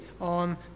on